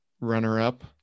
runner-up